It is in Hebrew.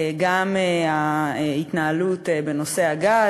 גם ההתנהלות בנושא הגז,